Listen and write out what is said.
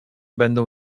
będą